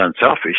unselfish